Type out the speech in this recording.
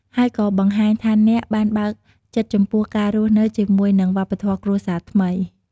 ហើយក៏បង្ហាញថាអ្នកបានបើកចិត្តចំពោះការរស់នៅជាមួយនឹងវប្បធម៌គ្រួសារថ្មី។